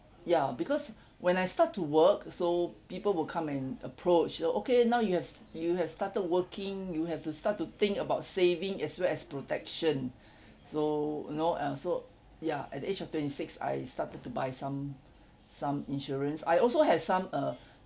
ya because when I start to work so people will come and approach you know okay now you have you have started working you have to start to think about saving as well as protection so you know uh so ya at the age of twenty six I started to buy some some insurance I also have some uh